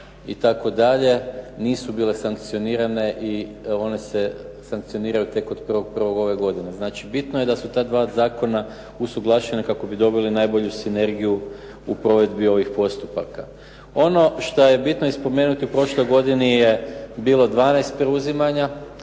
itd., nisu bile sankcionirane i one se sankcionirane tek od 1.1. ove godine. Znači bitno je da su ta dva zakona usuglašena kako bi dobili najbolju sinergiju u provedbi ovih postupaka. Ono što je bitno spomenuti, u prošloj godini je bilo 12 preuzimanja